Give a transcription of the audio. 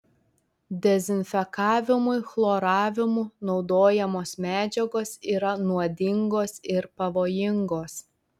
dezinfekavimui chloravimu naudojamos medžiagos yra nuodingos ir pavojingos